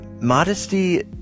Modesty